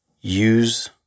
use